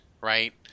right